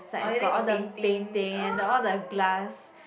ah ya then got painting